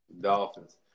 Dolphins